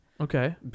Okay